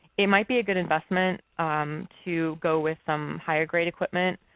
it might be a good investment to go with some higher grade equipment.